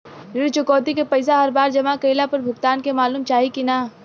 ऋण चुकौती के पैसा हर बार जमा कईला पर भुगतान के मालूम चाही की ना?